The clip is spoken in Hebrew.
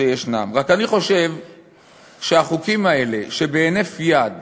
שישנם, אני רק חושב שהחוקים האלה, שבהינף יד